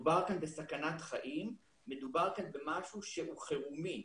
מדובר כאן בסכנת חיים, במשהו שהוא חירומי.